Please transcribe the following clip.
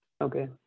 Okay